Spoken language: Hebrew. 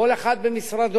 כל אחד במשרדו,